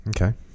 Okay